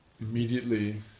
immediately